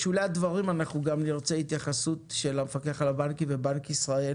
בשולי הדברים אנחנו גם נרצה התייחסות של המפקח על הבנקים ובנק ישראל